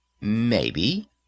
maybe